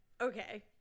Okay